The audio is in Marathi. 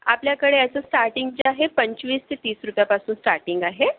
आपल्याकडे याचं स्टार्टिंग जे आहे पंचवीस ते तीस रुपयापासून स्टार्टिंग आहे